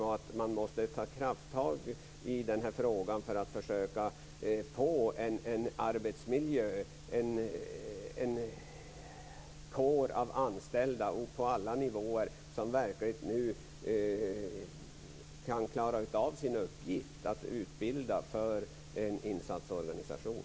Måste man inte ta krafttag i den här frågan för att försöka få en arbetsmiljö och en kår av anställda på alla nivåer så att man verkligen kan klara av sin uppgift att utbilda för en insatsorganisation?